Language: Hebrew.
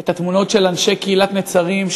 את התמונות של אנשי קהילת נצרים,